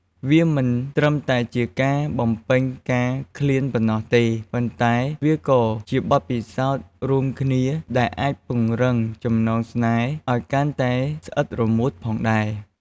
វាមិនត្រឹមតែជាការបំពេញការឃ្លានប៉ុណ្ណោះទេ ប៉ុន្តែវាក៏ជាបទពិសោធន៍រួមគ្នាដែលអាចពង្រឹងចំណងស្នេហ៍ឲ្យកាន់តែស្អិតរមួតផងដែរ។